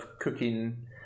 cooking